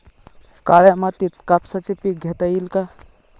काळ्या मातीत कापसाचे पीक घेता येईल का?